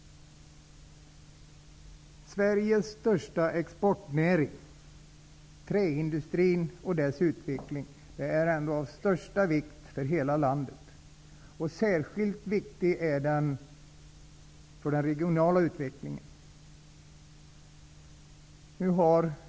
Sveriges största exportnäring träindustrin, och dess utveckling, är av största vikt för hela landet, särskilt när det gäller den regionala utvecklingen.